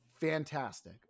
fantastic